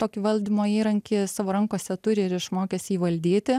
tokį valdymo įrankį savo rankose turi ir išmokęs jį valdyti